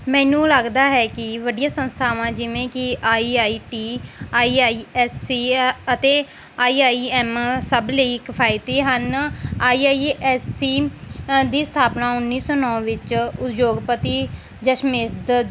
ਮੈਨੂੰ ਲੱਗਦਾ ਹੈ ਕਿ ਵੱਡੀਆ ਸੰਸਥਾਵਾਂ ਜਿਵੇਂ ਕਿ I I T I I S C ਅਤੇ ਆਈ ਆਈ ਐਮ ਸਭ ਲਈ ਕਫਾਇਤੀ ਹਨ ਆਈ ਆਈ ਐਸ ਸੀ ਦੀ ਸਥਾਪਨਾ ਉਨੀ ਸੌ ਨੌ ਵਿੱਚ ਉਦਯੋਗਪਤੀ ਜਸ਼ਮੇਦਦ